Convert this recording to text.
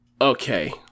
Okay